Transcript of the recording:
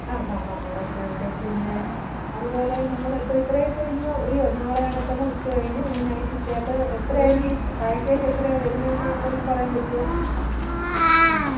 അ ഹ ഹ ഹ ഓക്കെ ഓക്കെ പിന്നെ അതുപോലെ നമ്മളിപ്പോൾ ഇത്രയൊക്കെ ഇന്ന് അയ്യോ നാളെ ആണെ തന്നെ ഉച്ചകഴിഞ്ഞ് പിന്നെ നൈറ്റ് സ്റ്റേ അപ്പോൾ എത്ര ആയിരിക്കും ഈ പാക്കേജ് എത്രയാണ് വരുന്നതെന്ന് വല്ലോം പറയാൻ പറ്റുമോ